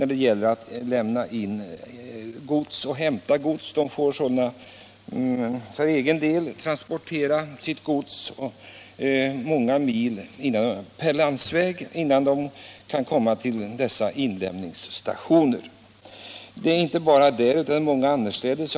De måste i så fall själva transportera sitt gods många mil per landsväg innan de kan komma till en inlämningsstation. Det finns många andra exempel på försämringar.